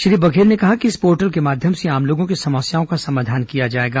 श्री बघेल ने कहा कि इस पोर्टल के माध्यम से आम लोगों की समस्याओं का समाधान किया जाएगा